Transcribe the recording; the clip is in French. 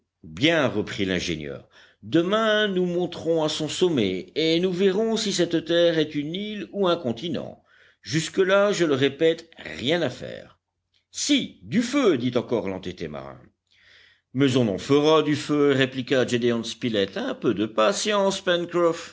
bien reprit l'ingénieur demain nous monterons à son sommet et nous verrons si cette terre est une île ou un continent jusque-là je le répète rien à faire si du feu dit encore l'entêté marin mais on en fera du feu répliqua gédéon spilett un peu de patience